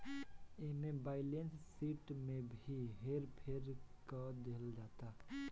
एमे balance sheet में भी हेर फेर क देहल जाता